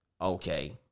Okay